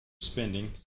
spending